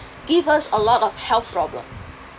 give us a lot of health problem